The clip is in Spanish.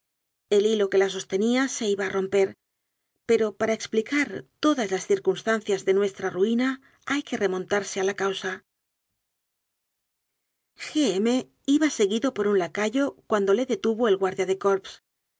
el hilo que la sostenía se iba a romper pero para explicar todas las circunstancias de nuestra ruina hay que remontarse a la causa g m iba seguido por un lacayo cuando le detuvo el guardia de corps